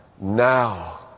now